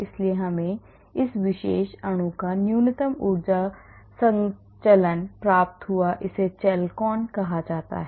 इसलिए हमें इस विशेष अणु का न्यूनतम ऊर्जा संचलन प्राप्त हुआ इसे चेल्कोन कहा जाता है